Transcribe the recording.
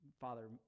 Father